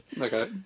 Okay